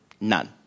None